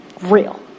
real